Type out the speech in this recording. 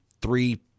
three